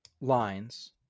lines